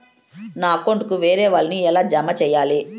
నా అకౌంట్ కు వేరే వాళ్ళ ని ఎలా జామ సేయాలి?